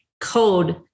code